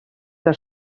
que